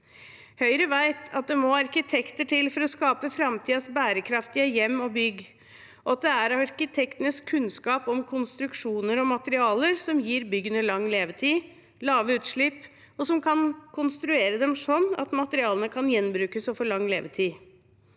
Høyre vet at det må arkitekter til for å skape framtidens bærekraftige hjem og bygg, at det er arkitektenes kunnskap om konstruksjoner og materialer som gir byggene lang levetid og lave utslipp, og at det er arkitektene som kan konstruere dem slik at materialene kan gjenbrukes og får lang levetid.